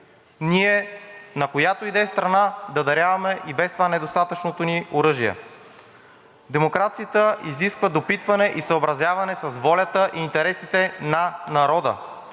на която и да е страна да даряваме и без това недостатъчното ни оръжие. Демокрацията изисква допитване и съобразяване с волята и интересите на народа…